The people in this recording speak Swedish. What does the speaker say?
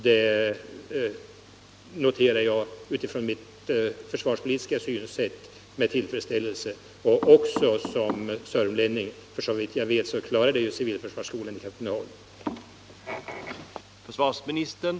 Det noterar jag från mitt försvarspolitiska synsätt och även såsom sörmlänning med tillfredsställelse, för såvitt jag vet ordnas därigenom civilförsvarssituationen i Katrineholm.